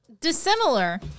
dissimilar